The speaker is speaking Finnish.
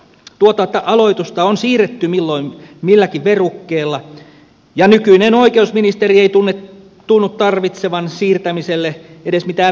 tuota aloitusta on siirretty milloin milläkin verukkeella ja nykyinen oikeusministeri ei tunnu tarvitsevan siirtämiselle edes mitään verukkeita